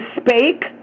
spake